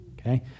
okay